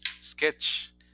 sketch